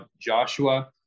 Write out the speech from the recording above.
Joshua